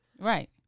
Right